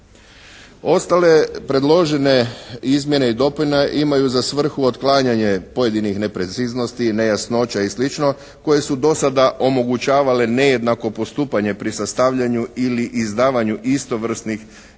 Ostale predložene izmjene i dopune imaju za svrhu otklanjanje pojedinih nepreciznosti, nejasnoća i sl. koje su do sada omogućavale nejednako postupanje pri sastavljanju ili izdavanju istovrsnih